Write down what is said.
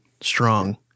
strong